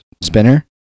spinner